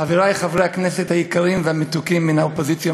חברי חברי הכנסת היקרים והמתוקים מן האופוזיציה,